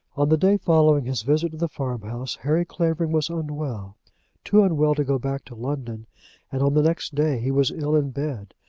on the day following his visit to the farm house, harry clavering was unwell too unwell to go back to london and on the next day he was ill in bed.